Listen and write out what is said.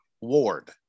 Ward